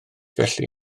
felly